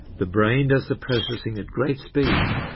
the brain does the processing at great speed